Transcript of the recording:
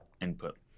input